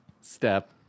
step